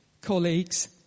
colleagues